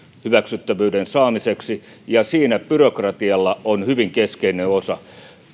hyväksyttävyyden saamiseksi ja siinä byrokratialla on hyvin keskeinen osa